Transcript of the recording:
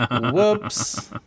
whoops